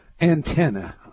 antenna